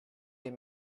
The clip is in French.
les